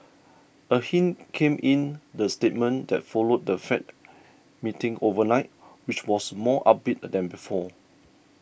a hint came in the statement that followed the Fed meeting overnight which was more upbeat than before